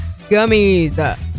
gummies